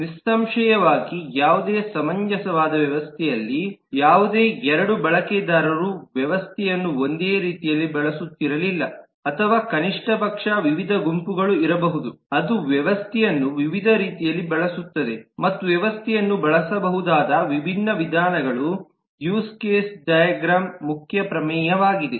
ನಿಸ್ಸಂಶಯವಾಗಿ ಯಾವುದೇ ಸಮಂಜಸವಾದ ವ್ಯವಸ್ಥೆಯಲ್ಲಿ ಯಾವುದೇ 2 ಬಳಕೆದಾರರು ವ್ಯವಸ್ಥೆಯನ್ನು ಒಂದೇ ರೀತಿಯಲ್ಲಿ ಬಳಸುತ್ತಿರಲಿಲ್ಲ ಅಥವಾ ಕನಿಷ್ಟ ಪಕ್ಷ ವಿವಿಧ ಗುಂಪುಗಳು ಇರಬಹುದು ಅದು ವ್ಯವಸ್ಥೆಯನ್ನು ವಿವಿಧ ರೀತಿಯಲ್ಲಿ ಬಳಸುತ್ತದೆ ಮತ್ತು ವ್ಯವಸ್ಥೆಯನ್ನು ಬಳಸಬಹುದಾದ ವಿಭಿನ್ನ ವಿಧಾನಗಳು ಯೂಸ್ ಕೇಸ್ ಡೈಗ್ರಾಮ್ ಮುಖ್ಯ ಪ್ರಮೇಯವಾಗಿದೆ